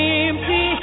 empty